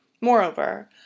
Moreover